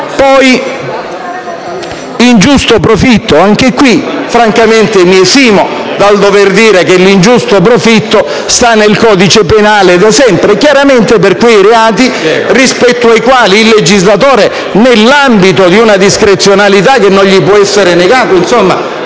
all'ingiusto profitto, anche qui francamente potrei esimermi dal dire che questa espressione sta nel codice penale da sempre, chiaramente per quei reati rispetto ai quali il legislatore, nell'ambito di una discrezionalità che non gli può essere negata (se